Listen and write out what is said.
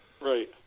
Right